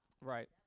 Right